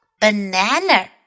banana